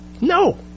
no